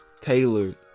tailored